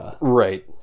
Right